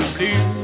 Blue